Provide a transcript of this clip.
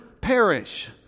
perish